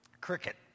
Cricket